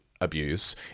abuse